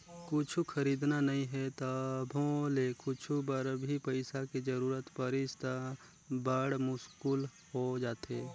कुछु खरीदना नइ हे तभो ले कुछु बर भी पइसा के जरूरत परिस त बड़ मुस्कुल हो जाथे